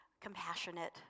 compassionate